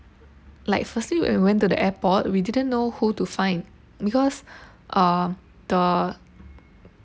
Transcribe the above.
like firstly when we went to the airport we didn't know who to find because uh the